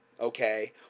Okay